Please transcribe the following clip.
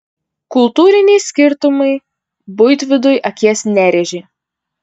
kultūriniai skirtumai buitvidui akies nerėžė